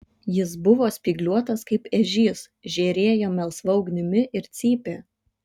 jis buvo spygliuotas kaip ežys žėrėjo melsva ugnimi ir cypė